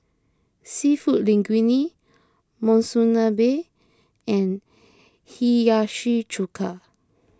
Seafood Linguine Monsunabe and Hiyashi Chuka